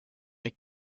est